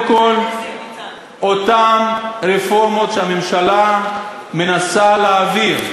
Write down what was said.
כול אותן רפורמות שהממשלה מנסה להעביר,